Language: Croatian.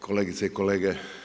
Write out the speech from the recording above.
Kolegice i kolege.